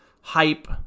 hype